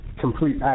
complete